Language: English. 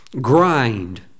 grind